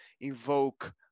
invoke